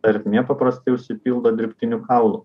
ertmė paprastai užsipildo dirbtiniu kaulu